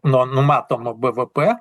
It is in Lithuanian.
nuo numatomo bvp